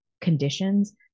conditions